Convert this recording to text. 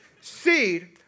Seed